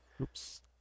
Oops